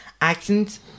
accents